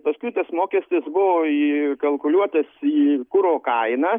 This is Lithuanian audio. paskui tas mokestis buvo įkalkuliuotas į kuro kainą